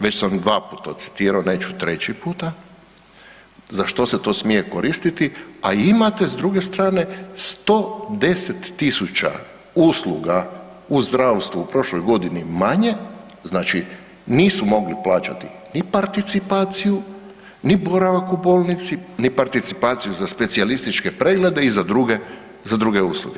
Već sam dva puta to citirao, neću treći puta, za što se to smije koristiti, a imate s druge strane 110 tisuća usluga u zdravstvu u prošloj godini manje, znači, nisu mogli plaćati ni participaciju ni boravak u bolnici ni participaciju za specijalističke preglede i za druge usluge.